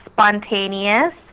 Spontaneous